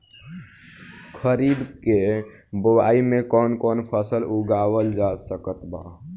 खरीब के बोआई मे कौन कौन फसल उगावाल जा सकत बा?